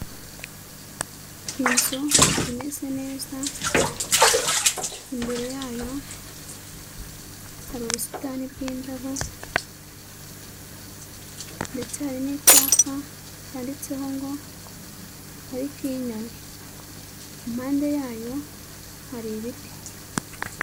Inzu imeze neza, imbere yayo hari ubusitani bw'indabo ndetse hari n'icyapa cyanditseho ngo pariki y'inyoni, impande yayo hari ibiti.